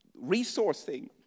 resourcing